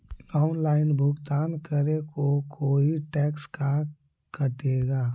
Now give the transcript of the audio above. Online भुगतान करे को कोई टैक्स का कटेगा?